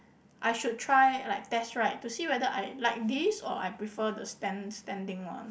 I should try like test ride to see whether I like this or I prefer the stand standing one